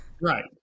right